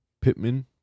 Pittman